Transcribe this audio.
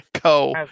Go